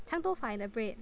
长头发 in a braid